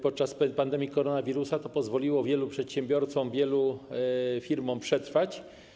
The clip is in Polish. Podczas pandemii koronawirusa pozwoliło to wielu przedsiębiorcom, wielu firmom przetrwać.